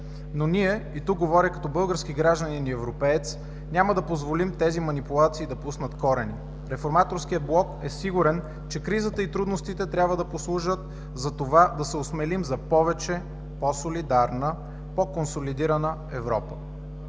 Но ние – и тук говоря като български гражданин и европеец, няма да позволим тези манипулации да пуснат корени. Реформаторският блок е сигурен, че кризата и трудностите трябва да послужат за това да се осмелим за повече, по-солидарна, по-консолидирана Европа